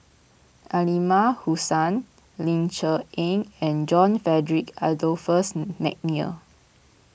Aliman Hassan Ling Cher Eng and John Frederick Adolphus McNair